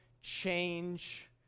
Change